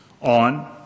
on